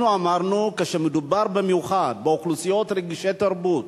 אנחנו אמרנו שכשמדובר במיוחד באוכלוסיות רגישות-תרבות,